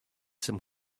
some